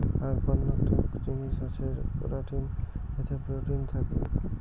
আক বন্য তুক জিনিস হসে করাটিন যাতে প্রোটিন থাকি